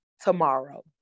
tomorrow